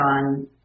on